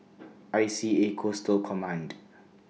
I C A Coastal Command